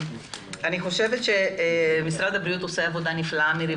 אני חושבת שמשרד הבריאות עושה עבודה נפלאה מירי,